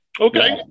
Okay